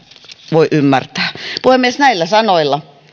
voi ymmärtää puhemies näillä sanoilla